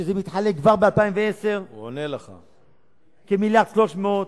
וזה מתחלק, כבר ב-2010 כמיליארד ו-300,